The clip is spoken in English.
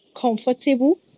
comfortable